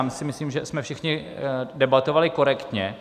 Myslím, že jsme všichni debatovali korektně.